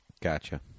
Gotcha